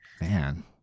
Man